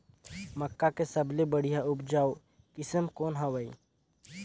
मक्का के सबले बढ़िया उपजाऊ किसम कौन हवय?